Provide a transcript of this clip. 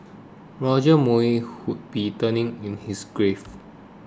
Roger Moore would be turning in his grave